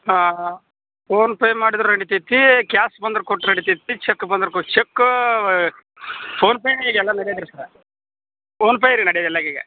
ಹಾಂ ಪೋನ್ ಪೇ ಮಾಡಿದ್ರ ನಡಿತೈತಿ ಕ್ಯಾಶ್ ಬಂದ್ರ ಕೊಟ್ರ ನಡಿತೈತಿ ಚೆಕ್ ಬಂದ್ರ ಕೂ ಚೆಕ್ ಪೋನ್ ಪೇ ಈಗೆಲ್ಲ ನಡೆಯದಿಲ್ಲ ಸರ್ ಪೋನ್ ಪೇ ರೀ ನಡೆಯದಿಲ್ಲಾಗ ಈಗ